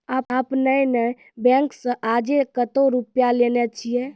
आपने ने बैंक से आजे कतो रुपिया लेने छियि?